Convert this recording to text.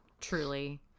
truly